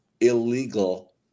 illegal